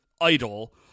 idol